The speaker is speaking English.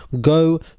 go